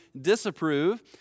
disapprove